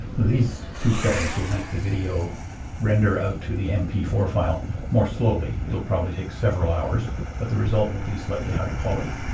these two settings will make the video render out to the m p four file more slowly it will probably take several hours but the result will be slightly higher quality.